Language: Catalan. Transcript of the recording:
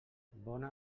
bona